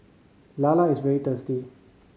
lala is very tasty